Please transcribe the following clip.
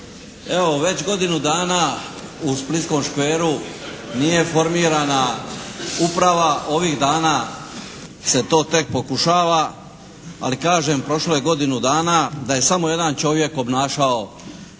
Evo već godinu dana u splitskom škveru nije formirana uprava. Ovih dana se to tek pokušava. Ali kažem prošlo je godinu dana da je samo jedan čovjek obnašao